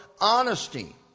honesty